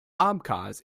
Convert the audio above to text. abkhaz